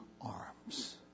arms